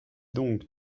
donc